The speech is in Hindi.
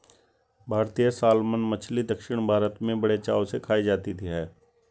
भारतीय सालमन मछली दक्षिण भारत में बड़े चाव से खाई जाती है